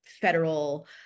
federal